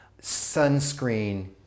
Sunscreen